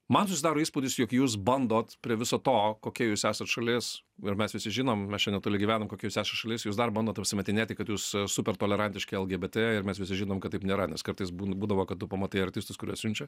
man susidaro įspūdis jog jūs bandot prie viso to kokia jūs esat šalis ir mes visi žinom mes čia netoli gyvenam kokia jūs esat šalis jūs dar bandot apsimetinėti kad jūs super tolerantiški lgbt ir mes visi žinom kad taip nėra nes kartais būn būdavo kad tu pamatai artistas kurie siunčia